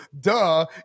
duh